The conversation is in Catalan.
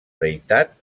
deïtat